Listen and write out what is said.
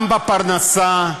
גם בפרנסה,